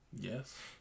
Yes